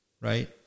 right